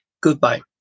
Goodbye